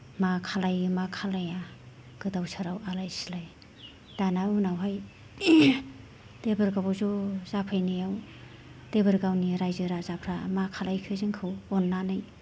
मा खालायो मा खालाया गोदाव सोराव आलाय सिलाय दाना उनावहाय देबोरगावआव ज' जाफैनायाव देबोरगावनि राइजो राजाफ्रा मा खालायफैयो जोंखौ अननानै